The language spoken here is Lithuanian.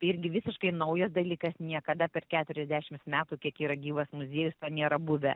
irgi visiškai naujas dalykas niekada per keturiasdešims metų kiek yra gyvas muziejus to nėra buvę